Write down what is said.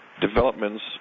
developments